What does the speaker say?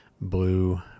blue